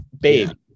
babe